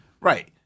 Right